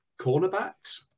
cornerbacks